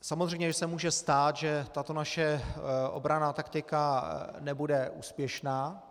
Samozřejmě že se může stát, že tato naše obranná taktika nebude úspěšná.